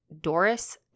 Doris